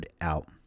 out